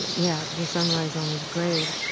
and yeah, the sun rise on his grave.